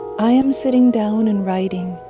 i am sitting down and writing,